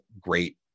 great